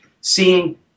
seeing